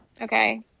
Okay